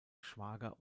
schwager